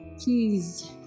Please